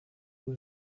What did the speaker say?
ubu